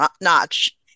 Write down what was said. Notch